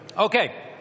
Okay